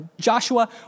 Joshua